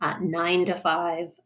nine-to-five